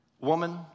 Woman